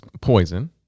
poison